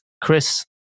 chris